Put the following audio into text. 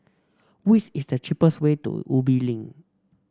which is the cheapest way to Ubi Link